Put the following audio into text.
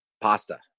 Pasta